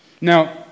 Now